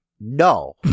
No